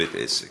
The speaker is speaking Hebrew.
רבה, אדוני.